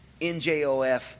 NJOF